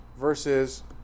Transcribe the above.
versus